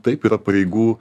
taip yra pareigų